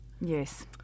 Yes